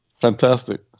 Fantastic